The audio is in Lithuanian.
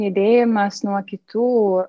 judėjimas nuo kitų